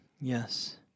yes